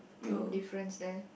some difference there